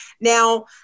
Now